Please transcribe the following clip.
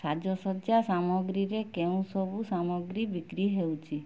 ସାଜସଜ୍ଜା ସାମଗ୍ରୀରେ କେଉଁସବୁ ସାମଗ୍ରୀ ବିକ୍ରୀ ହେଉଛି